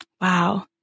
Wow